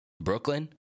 Brooklyn